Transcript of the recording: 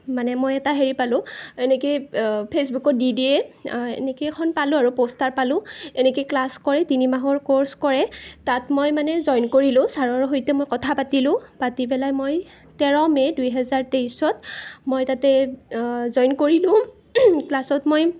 মানে মই এটা হেৰি পালোঁ এনেকৈ ফেচবুকত দি দিয়ে এনেকৈ এখন পালোঁ আৰু প'ষ্টাৰ পালোঁ এনেকৈ ক্লাছ কৰে তিনিমাহৰ ক'ৰ্ছ কৰে তাত মই মানে জইন কৰিলোঁ ছাৰৰ সৈতে মই কথা পাতিলোঁ পাতি পেলাই মই তেৰ মে দুই হেজাৰ তেইছত মই তাতে জইন কৰিলোঁ ক্লাছত মই